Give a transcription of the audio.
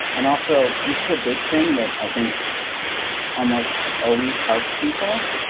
and also, this is a big thing that i think almost always helps people.